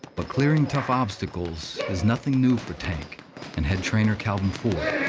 but clearing tough obstacles is nothing new for tank and head trainer calvin ford.